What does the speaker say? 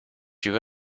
you